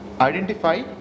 identify